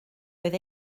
oedd